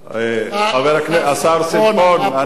השר שלום שמחון היה פה.